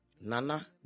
Nana